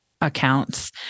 accounts